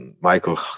Michael